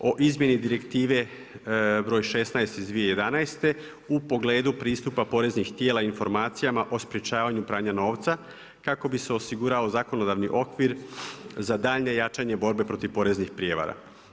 O izmjeni Direktive broj 16. iz 2011. u pogledu pristupa poreznih tijela informacijama o sprječavanju pranja novca kako bi se osigurao zakonodavni okvir za daljnje jačanje borbe protiv poreznih prijevara.